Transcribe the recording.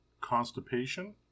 constipation